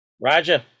roger